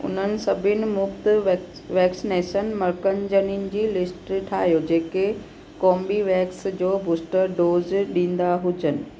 उन्हनि सभिनी मुफ़्तु वैक्स वैक्सनेशन मर्कज़निन जी लिस्ट ठाहियो जेके कोंर्बीवेक्स जो बूस्टर डोज़ ॾींदा हुजनि